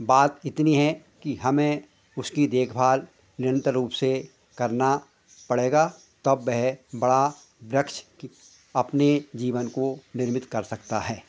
बात इतनी है कि हमें उसकी देखभाल निरंतर रूप से करना पड़ेगा तब वह बड़ा वृक्ष अपने जीवन को निर्मित कर सकता है